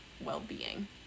well-being